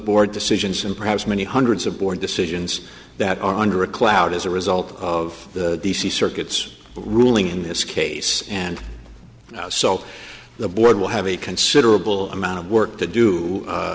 board decisions and perhaps many hundreds of board decisions that are under a cloud as a result of the d c circuits ruling in this case and so the board will have a considerable amount of work to do